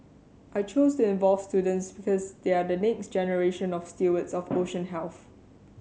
I chose to involve students because they are the next generation of stewards for ocean health